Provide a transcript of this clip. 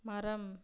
மரம்